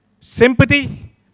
sympathy